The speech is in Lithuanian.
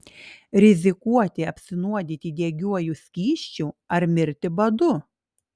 rizikuoti apsinuodyti degiuoju skysčiu ar mirti badu